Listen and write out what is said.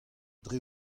dre